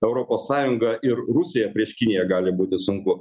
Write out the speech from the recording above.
europos sąjunga ir rusija prieš kiniją gali būti sunku